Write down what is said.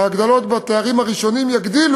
ההגדלות לגבי הפערים הראשונים, תגדיל